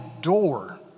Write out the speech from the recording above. door